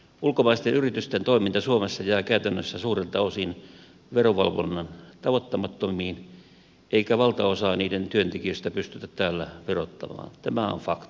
ulkomaisten yritysten toiminta suomessa jää käytännössä suurilta osin verovalvonnan tavoittamattomiin eikä valtaosaa niiden työntekijöistä pystytä täällä verottamaan tämä on fakta